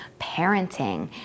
parenting